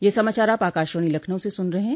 ब्रे क यह समाचार आप आकाशवाणी लखनऊ से सुन रहे हैं